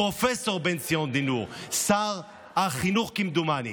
פרופ' בן-ציון דינור, שר החינוך כמדומני.